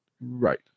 Right